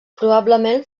probablement